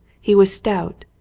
he was stout,